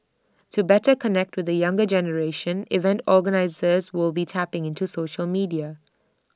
to better connect with the younger generation event organisers will be tapping into social media